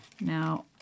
Now